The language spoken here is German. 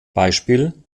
beispiel